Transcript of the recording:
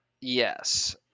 Yes